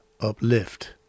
uplift